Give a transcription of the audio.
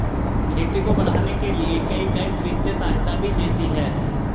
खेती को बढ़ाने के लिए कई बैंक वित्तीय सहायता भी देती है